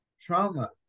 trauma